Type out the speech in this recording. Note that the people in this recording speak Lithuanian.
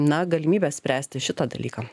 na galimybes spręsti šitą dalyką